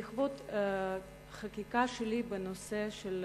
בעקבות חקיקה שלי בנושא של